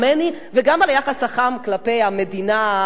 וגם על היחס החם כלפי המדינה הצעירה